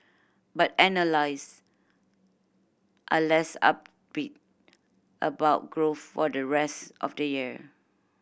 but analyst are less upbeat about growth for the rest of the year